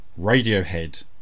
Radiohead